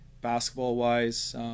basketball-wise